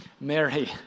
Mary